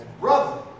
brother